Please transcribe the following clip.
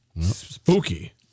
Spooky